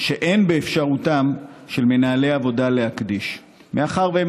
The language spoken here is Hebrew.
שאין באפשרותם של מנהלי עבודה להקדיש מאחר שהם